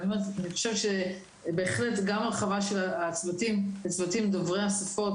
אני חושבת שבהחלט גם הרחבה של הצוותים דוברי השפות